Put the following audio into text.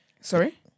Sorry